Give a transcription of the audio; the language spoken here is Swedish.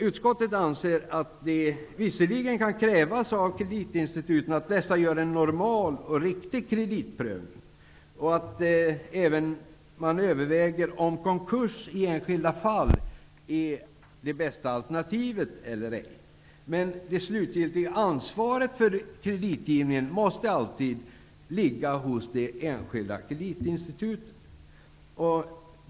Utskottet anser att det visserligen kan krävas av kreditinstituten att dessa gör en normal och riktig kreditprövning och även överväger om konkurs i enskilda fall är det bästa alternativet eller ej. Men det slutgiltiga ansvaret för kreditgivningen måste alltid ligga hos det enskilda kreditinstitutet.